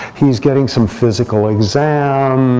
he's getting some physical exam.